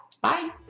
Bye